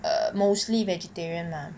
err mostly vegetarian lah